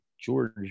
George